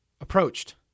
approached